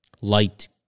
light